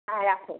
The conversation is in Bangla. হ্যাঁ রাখুন